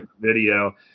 video